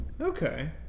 okay